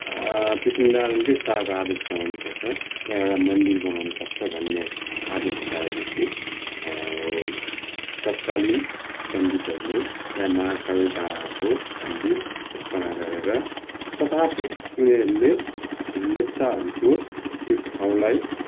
पृथ्वीनारायाणकौ शाहको आदेशमा हुनु पर्छ त्यहाँ एउटा मन्दिर बनाउनु पर्छ भन्ने आदेश पाए पछि तत्कालीन पण्डितहरूले त्यहाँ महाकाल डाँडाको मन्दिर स्थापना गरेर तथापि उनीहरूले लेप्चाहरूको त्यो ठाउँलाई